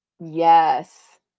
Yes